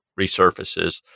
resurfaces